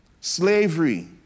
Slavery